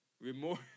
remorse